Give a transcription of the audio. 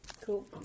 Cool